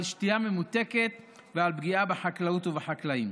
על שתייה ממותקת ופגיעה בחקלאות ובחקלאים.